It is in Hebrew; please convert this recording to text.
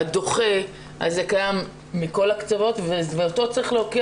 הדוחה קיים מכל הקצוות ואותו צריך להוקיע